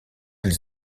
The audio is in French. ils